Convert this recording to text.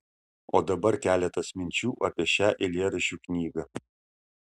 o dabar keletas minčių apie šią eilėraščių knygą